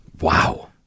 Wow